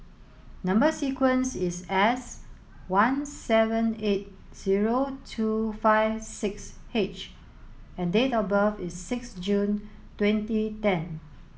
number sequence is S one seven eight zero two five six H and date of birth is six June twenty ten